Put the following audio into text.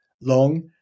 Long